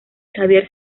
javier